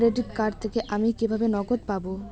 Credit card থেকে আমি কিভাবে নগদ পাব?